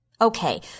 Okay